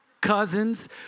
cousins